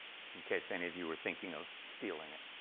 in case any of you were thinking of stealing it.